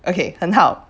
okay 很好